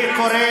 אני קורא